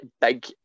big